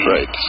Right